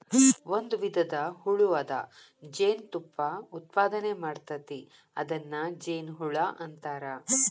ಒಂದು ವಿಧದ ಹುಳು ಅದ ಜೇನತುಪ್ಪಾ ಉತ್ಪಾದನೆ ಮಾಡ್ತತಿ ಅದನ್ನ ಜೇನುಹುಳಾ ಅಂತಾರ